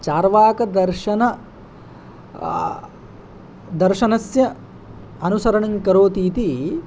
चार्वाकदर्शन दर्शनस्य अनुसरणं करोति इति